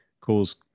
cause